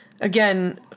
Again